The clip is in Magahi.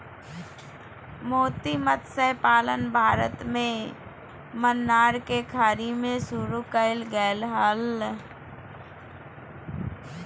मोती मतस्य पालन भारत में मन्नार के खाड़ी में शुरु कइल गेले हल